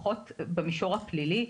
פחות במישור הפלילי.